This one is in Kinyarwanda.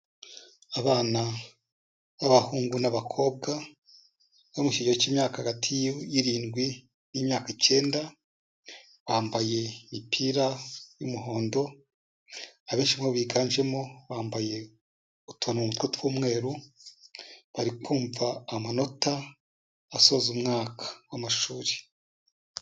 Abana b'abahungu n'abakobwa bo mu kigero cy'imyaka hagati y'irindwi y'imyaka icyenda, bambaye ipira y'umuhondo. Abenshi muribo biganjemo bambaye utuntu tw'umweru, bari kumva amanota asoza umwaka w'amashuri.